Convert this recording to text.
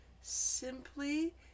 simply